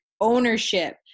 ownership